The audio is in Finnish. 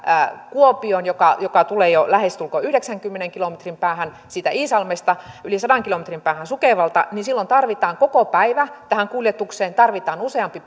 kuopioon joka joka tulee jo lähestulkoon yhdeksänkymmenen kilometrin päähän iisalmesta ja yli sadan kilometrin päähän sukevalta tarvitaan koko päivä tähän kuljetukseen tarvitaan useampi